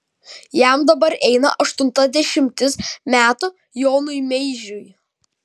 jam dabar eina aštunta dešimtis metų jonui meižiui